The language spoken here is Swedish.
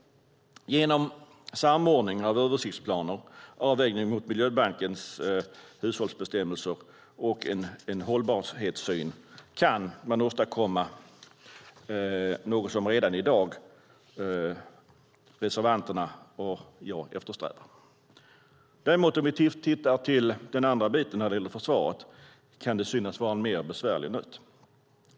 Genom samordning av översiktsplaner, avvägning mot miljöbalkens hushållsbestämmelser och en hållbarhetssyn kan man åstadkomma något som både reservanterna och jag eftersträvar. Om vi däremot tittar på försvaret kan det synas vara en mer besvärlig nöt.